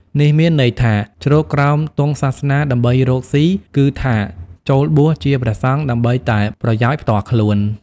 នេះមានន័យថា ជ្រកក្រោមទង់សាសនាដើម្បីរកស៊ី គឺថាចូលបួសជាព្រះសង្ឃដើម្បីតែប្រយោជន៍ផ្ទាល់ខ្លួន។